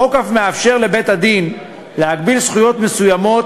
החוק אף מאפשר לבית-הדין להגביל זכויות מסוימות